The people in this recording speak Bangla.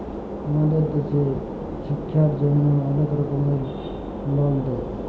আমাদের দ্যাশে ছিক্ষার জ্যনহে অলেক রকমের লল দেয়